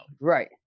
right